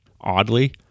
Oddly